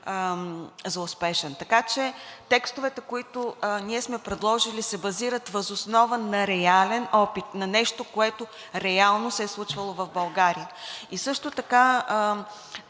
за успешен. Така че текстовете, които ние сме предложили, се базират въз основа на реален опит на нещо, което реално се е случвало в България. Също така